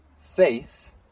faith